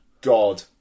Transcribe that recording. god